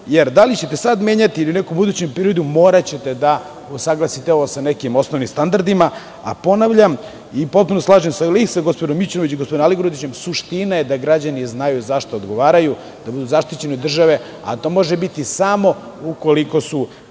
jer da li ćete sada menjati ili u nekom budućem periodu, moraćete da usaglasite ovo sa nekim osnovnim standardima. Ponavljam, potpuno se slažem sa gospodinom Mićunovićem i gospodinom Aligrudićem, suština je da građani znaju zašto odgovaraju, da budu zaštićeni od države, a to može biti samo ukoliko su